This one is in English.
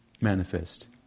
manifest